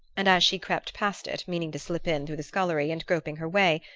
and as she crept past it, meaning to slip in through the scullery, and groping her way,